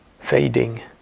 fading